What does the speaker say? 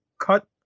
Cut